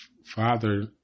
Father